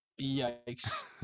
Yikes